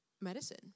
medicine